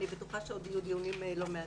אני בטוחה שעוד יהיו דיונים לא מעטים.